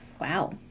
wow